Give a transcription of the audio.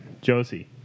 Josie